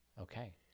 Okay